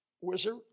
wizard